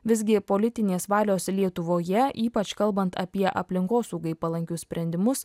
visgi politinės valios lietuvoje ypač kalbant apie aplinkosaugai palankius sprendimus